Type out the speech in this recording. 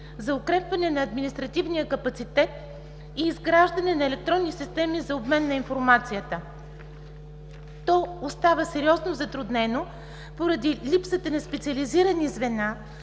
за укрепване на административния капацитет и изграждане на електронни системи за обмен на информация. То остава сериозно затруднено поради липсата на специализирани звена,